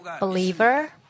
believer